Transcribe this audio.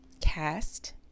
cast